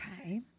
Okay